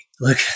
Look